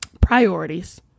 Priorities